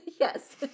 yes